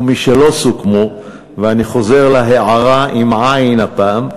ומשלא סוכמו, ואני חוזר להערה, עם עי"ן הפעם,